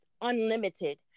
unlimited